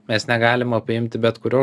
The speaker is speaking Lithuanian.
mes negalima priimti bet kurio